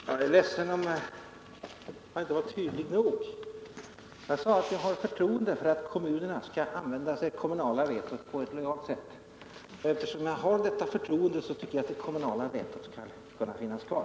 Herr talman! Jag är ledsen om jag inte var tydlig nog. Jag sade att jag har förtroende för att kommunerna använder det kommunala vetot på ett legalt sätt. Eftersom jag har detta förtroende tycker jag att det kommunala vetot skall finnas kvar.